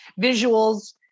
visuals